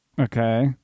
okay